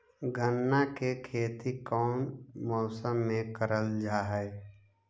गन्ना के खेती कोउन मौसम मे करल जा हई?